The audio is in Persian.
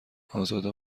ازاده